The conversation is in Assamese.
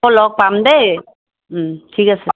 আকৌ লগ পাম দেই ঠিক আছে